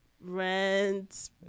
rent